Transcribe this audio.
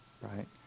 right